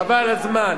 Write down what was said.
חבל על הזמן.